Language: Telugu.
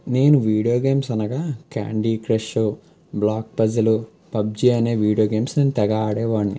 నేను వీడియో గేమ్స్ అనగా Candy Crush block puzzle PUBG అనే వీడియో గేమ్స్ నేను తెగ ఆడేవాడిని